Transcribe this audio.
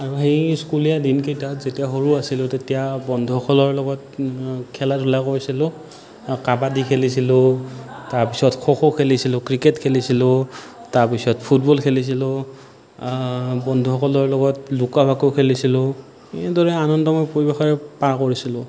আৰু সেই স্কুলীয়া দিনকেইটাত যেতিয়া সৰু আছিলোঁ তেতিয়া বন্ধুসকলৰ লগত খেলা ধূলা কৰিছিলোঁ আৰু কাবাডী খেলিছিলোঁ তাৰপিছত খো খো খেলিছিলোঁ ক্ৰিকেট খেলিছিলোঁ তাৰপিছত ফুটবল খেলিছিলোঁ বন্ধুসকলৰ লগত লুকা ভাকু খেলিছিলোঁ এইদৰে আনন্দময় পৰিৱেশেৰে পাৰ কৰিছিলোঁ